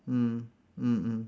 mm mm mm